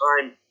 time